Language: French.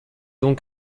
donc